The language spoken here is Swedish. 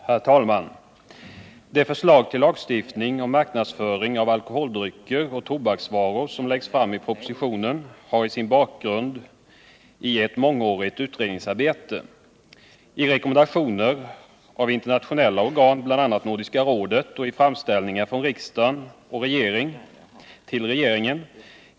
Herr talman! Det förslag till lagstiftning om marknadsföring av alkoholdrycker och tobaksvaror som läggs fram i propositionen har sin bakgrund i ett mångårigt utredningsarbete, i rekommendationer av internationella organ, bl.a. av Nordiska rådet, och i framställningar från riksdagen till regeringen.